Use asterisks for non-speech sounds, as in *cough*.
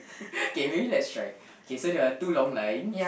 *laughs* K maybe let's try okay so there are two long lines